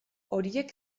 horiek